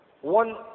One